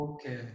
Okay